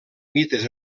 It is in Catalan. mites